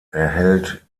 erhält